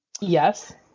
Yes